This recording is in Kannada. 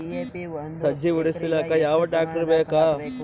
ಸಜ್ಜಿ ಬಿಡಿಸಿಲಕ ಯಾವ ಟ್ರಾಕ್ಟರ್ ಬೇಕ?